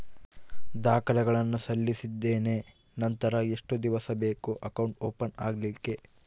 ದಾಖಲೆಗಳನ್ನು ಸಲ್ಲಿಸಿದ್ದೇನೆ ನಂತರ ಎಷ್ಟು ದಿವಸ ಬೇಕು ಅಕೌಂಟ್ ಓಪನ್ ಆಗಲಿಕ್ಕೆ?